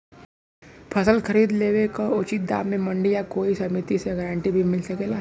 फसल खरीद लेवे क उचित दाम में मंडी या कोई समिति से गारंटी भी मिल सकेला?